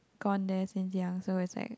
gone there since young so it's like